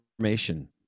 information